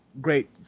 Great